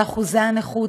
באחוזי הנכות,